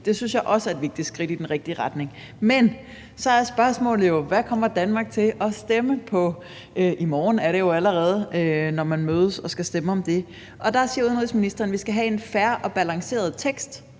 Det synes jeg også er et vigtigt skridt i den rigtige retning. Men så er spørgsmålet jo: Hvad kommer Danmark til at stemme – det er jo allerede i morgen – når man mødes og skal stemme om det? Og der siger udenrigsministeren, at vi skal have en fair og balanceret tekst,